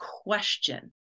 question